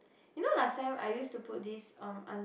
you know last time I used to put this um under